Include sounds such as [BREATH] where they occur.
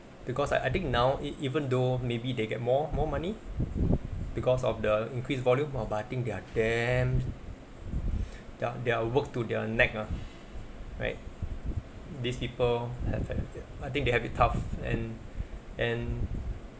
because I I think now e~ even though maybe they get more more money because of the increased volume oh but I think they're damn [BREATH] they're they're work to their neck ah right these people I think they have it tough and and